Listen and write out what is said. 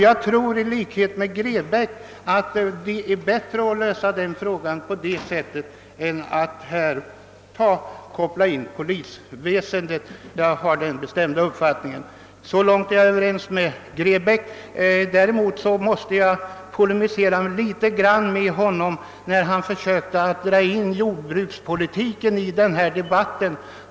Jag tror i likhet med herr Grebäck att det är bättre att lösa frågan på det sättet än att koppla in polisväsendet: Däremot måste jag polemisera något mot herr Grebäck när han försöker dra in jordbrukspolitiken i denna debatt.